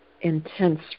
intense